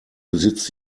besitzt